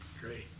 great